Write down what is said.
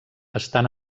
estan